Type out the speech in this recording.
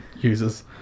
users